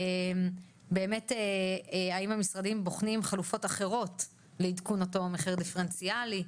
באמת האם המשרדים בוחנים חלופות אחרות לעדכון אותו מחיר דיפרנציאלי,